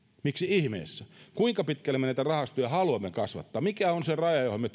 miksi ihmeessä kuinka pitkälle me näitä rahastoja haluamme kasvattaa mikä on se raja johon me